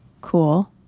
cool